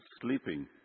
sleeping